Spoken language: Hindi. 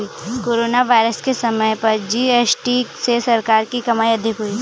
कोरोना वायरस के समय पर जी.एस.टी से सरकार की कमाई अधिक हुई